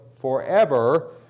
forever